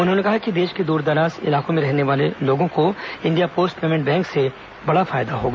उन्होंने कहा कि देश के दूरदराज इलाकों में रहने वालों को इंडिया पोस्ट पेमेंट्स बैंक से बड़ा फायदा होगा